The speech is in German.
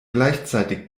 gleichzeitig